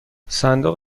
صندوق